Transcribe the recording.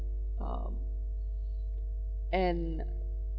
um and